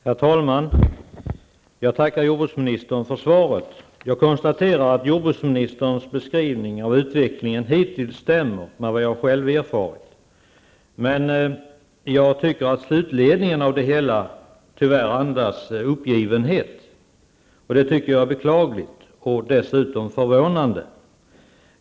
Herr talman! Jag vill tacka jordbruksministerns för svaret. Jag konstaterar att jordbruksministern beskrivning av utvecklingen hittills stämmer med vad jag själv har erfarit. Men jag tycker att slutledningen av det hela tyvärr andas uppgivenhet, och det är beklagligt och dessutom förvånande.